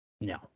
no